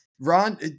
Ron